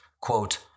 quote